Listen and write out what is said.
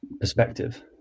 perspective